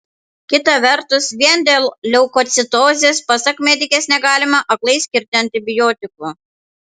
kita vertus vien dėl leukocitozės pasak medikės negalima aklai skirti antibiotikų